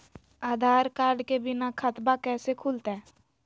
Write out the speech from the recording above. आधार card के बिना खाताबा कैसे खुल तय?